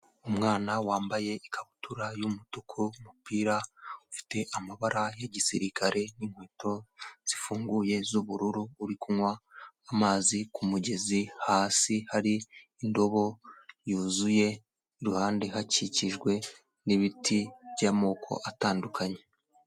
Umwana wambaye ikabutura y'umutuku, umupira ufite amabara y'igisirikare n'inkweto zifunguye z'ubururu, uri kunywa amazi ku mugezi hasi hari indobo yuzuye, iruhande hakikijwe n'ibiti by'amoko atandukanye.